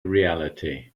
reality